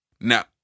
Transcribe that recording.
Now